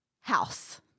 House